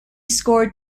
scored